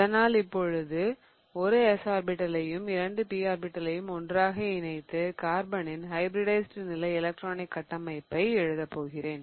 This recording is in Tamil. அதனால் இப்பொழுது ஒரு s ஆர்பிடலையும் இரண்டு p ஆர்பிடலையும் ஒன்றாக இணைத்து கார்பனின் ஹைபிரிடைஸிட் நிலை எலக்ட்ரானிக் கட்டமைப்பை எழுதலாம்